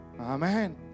Amen